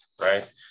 right